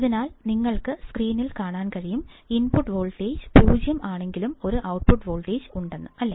അതിനാൽ നിങ്ങൾക്ക് സ്ക്രീനിൽ കാണാൻ കഴിയും ഇൻപുട്ട് വോൾട്ടേജ് 0 ആണെങ്കിലും ഒരു ഔട്ട്പുട്ട് ഉണ്ടെന്ന് അല്ലേ